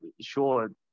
sure